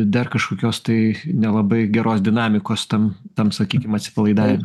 dar kažkokios tai nelabai geros dinamikos tam tam sakykim atsipalaidavime